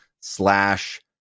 slash